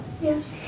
Yes